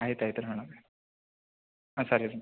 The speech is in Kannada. ಆಯ್ತು ಆಯ್ತು ರೀ ಮೇಡಮ್ ಹಾಂ ಸರಿ ರೀ